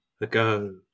ago